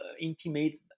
intimate